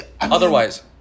Otherwise